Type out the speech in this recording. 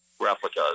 replicas